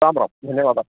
राम राम धन्यवादाः